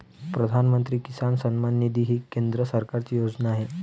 प्रधानमंत्री किसान सन्मान निधी ही केंद्र सरकारची योजना आहे